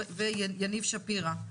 יניב שפירא,